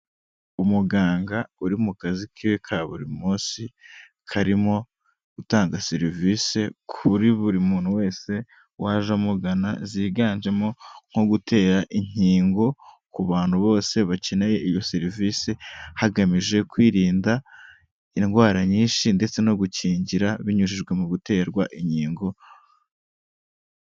Umuganga uri mu kazi ke ka buri munsi, karimo gutanga serivisi kuri buri muntu wese waje amugana, ziganjemo nko gutera inkingo ku bantu bose bakeneye iyo serivisi, hagamijwe kwirinda indwara nyinshi ndetse no gukingira binyujijwe mu guterwa inkingo.